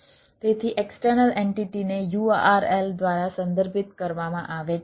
તેથી એક્સટર્નલ એન્ટિટીને URL દ્વારા સંદર્ભિત કરવામાં આવે છે